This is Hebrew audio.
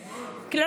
ינון.